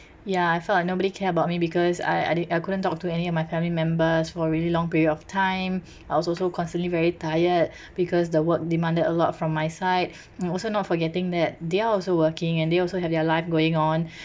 ya I felt like nobody care about me because I I didn't I couldn't talk to any of my family members for really long period of time I was also constantly very tired because the work demanded a lot from my side mm also not forgetting that they're also working and they also have their life going on